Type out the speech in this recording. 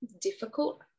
difficult